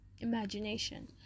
imagination